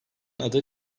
adı